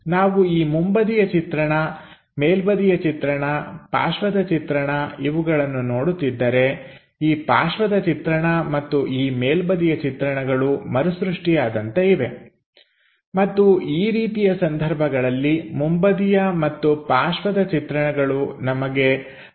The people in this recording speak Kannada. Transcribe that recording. ನಾವು ಈ ಮುಂಬದಿಯ ಚಿತ್ರಣ ಮೇಲ್ಬದಿಯ ಚಿತ್ರಣ ಪಾರ್ಶ್ವದ ಚಿತ್ರಣ ಇವುಗಳನ್ನು ನೋಡುತ್ತಿದ್ದರೆ ಈ ಪಾರ್ಶ್ವದ ಚಿತ್ರಣ ಮತ್ತು ಈ ಮೇಲ್ಬದಿಯ ಚಿತ್ರಣಗಳು ಮರು ಸೃಷ್ಟಿಯಾದಂತೆ ಇವೆ ಮತ್ತು ಈ ರೀತಿಯ ಸಂದರ್ಭಗಳಲ್ಲಿ ಮುಂಬದಿಯ ಮತ್ತು ಪಾರ್ಶ್ವದ ಚಿತ್ರಣಗಳು ನಮ್ಮ ಅವಶ್ಯಕತೆಯನ್ನು ಪೂರೈಸುತ್ತವೆ